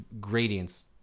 gradients